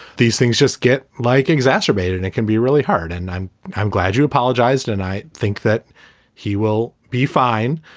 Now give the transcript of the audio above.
these things just get like exacerbated and it can be really hard. and i'm i'm glad you apologized and i think that he will be fine.